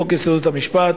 חוק יסודות המשפט.